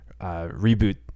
reboot